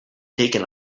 taken